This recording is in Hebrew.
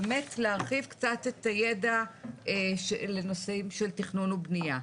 באמת להרחיב קצת את הידע לנושאים של תכנון ובניה.